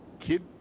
kid